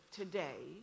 today